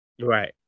right